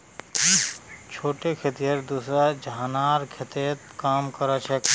छोटे खेतिहर दूसरा झनार खेतत काम कर छेक